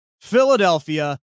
Philadelphia